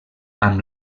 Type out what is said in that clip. amb